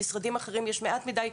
ובמשרדים אחרים יש מעט מדי.